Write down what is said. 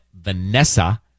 Vanessa